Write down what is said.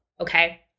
okay